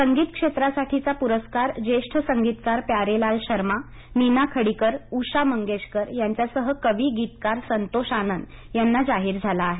संगीत क्षेत्रासाठीचा पुरस्कार ज्येष्ठ संगीतकार प्यारेलाल शर्मा मीना खडिकर उषा मंगेशकर यांच्यासह कवी गीतकार संतोष आनंद यांना जाहीर झाला आहे